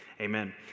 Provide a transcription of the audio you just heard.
Amen